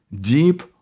deep